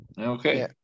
Okay